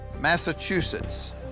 Massachusetts